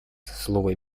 слово